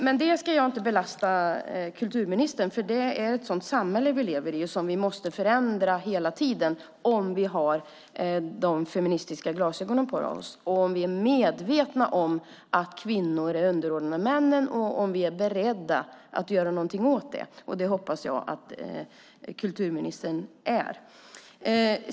Men det ska jag inte lasta kulturministern för, för det är ett sådant samhälle vi lever i och som vi måste förändra hela tiden om vi har de feministiska glasögonen på oss och är medvetna om att kvinnor är underordnade männen och om vi är beredda att göra något åt det. Det hoppas jag att kulturministern är.